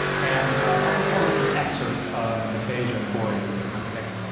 and i'll perform just an excerpt of aphasia for you here. okay?